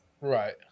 Right